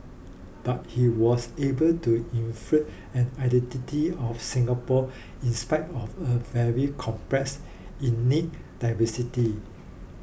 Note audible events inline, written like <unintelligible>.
but he was able to infuse an identity of Singapore in spite of a very complex <unintelligible> diversity